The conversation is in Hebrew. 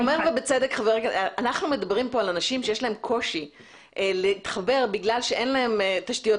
כאן על אנשים שיש להם קושי להתחבר בגלל שאין להם תשתיות